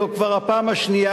זו כבר הפעם השנייה,